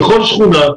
בכל שכונה,